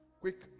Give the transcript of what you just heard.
Quick